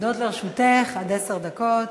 עומדות לרשותך עד עשר דקות